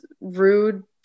rude